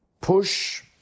push